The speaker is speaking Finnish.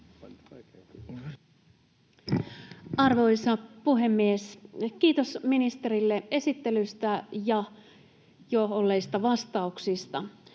Arvoisa puhemies! Kiitos ministerille esittelystä ja jo olleista vastauksista.